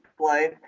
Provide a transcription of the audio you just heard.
play